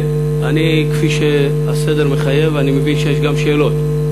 כפי שהסדר מחייב, אני מבין שיש גם שאלות.